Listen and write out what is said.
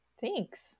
Thanks